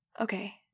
Okay